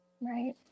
Right